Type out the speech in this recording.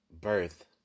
Birth